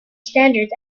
standards